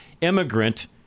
immigrant